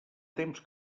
temps